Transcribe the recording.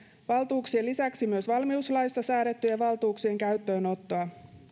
valtuuksien lisäksi myös valmiuslaissa säädettyjen valtuuksien käyttöönottoa